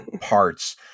parts